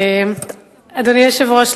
אדוני היושב-ראש,